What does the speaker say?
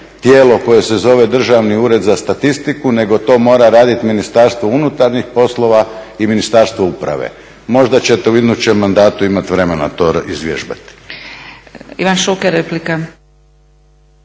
tijelo koje se zove Državni ured za statistiku, nego to mora raditi Ministarstvo unutarnjih poslova i Ministarstvo uprave. Možda ćete u idućem mandatu imati vremena to izvježbati.